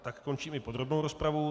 Tak končím i podrobnou rozpravu.